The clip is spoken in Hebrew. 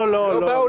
לא, לא נכון.